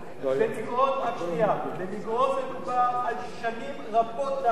במגרון מדובר על שנים רבות לאחר מכן.